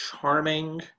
charming